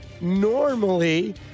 normally